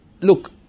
Look